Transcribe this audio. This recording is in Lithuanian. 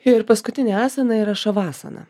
ir paskutinė asana yra šavasana